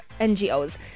ngos